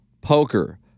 poker